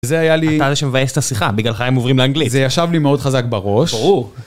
זה היה לי... אתה הרי שמבאס את השיחה, בגללך הם עוברים לאנגלית. זה ישב לי מאוד חזק בראש. ברור.